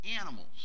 animals